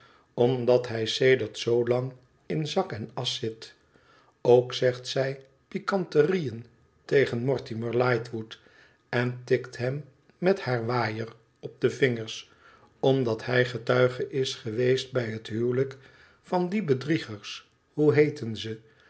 omdat hij sedert zoo lang in zak en asch zit ook zegt zij pikanterieën tegen mortimer lightwood en tikt hem met haar waaier op de vingers omdat hij getuige is geweest bij het huwelijk van die bedriegers hoe heeten ze